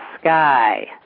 sky